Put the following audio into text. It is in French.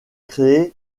créé